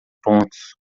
pontos